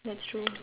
that's true